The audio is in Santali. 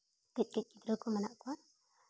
ᱠᱟᱺᱪᱼᱠᱟᱺᱪ ᱜᱤᱫᱽᱨᱟᱹ ᱠᱚ ᱢᱮᱱᱟᱜ ᱠᱚᱣᱟ